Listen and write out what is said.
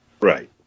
Right